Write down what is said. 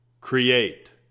Create